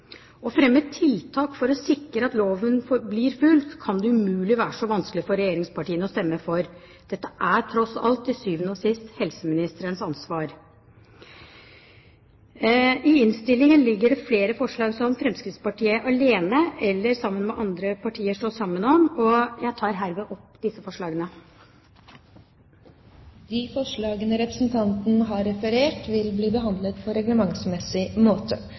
Å fremme tiltak for å sikre at loven blir fulgt, kan det umulig være så vanskelig for regjeringspartiene å stemme for. Dette er tross alt til syvende og sist helseministerens ansvar. I innstillingen ligger det flere forslag som Fremskrittspartiet har alene eller står sammen med andre partier om, og jeg tar herved opp disse forslagene. Representanten Kari Kjønaas Kjos har tatt opp de forslagene